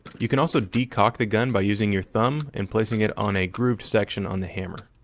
you can also decock the gun by using your thumb and placing it on a grooved section on the hammer.